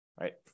right